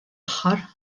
aħħar